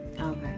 Okay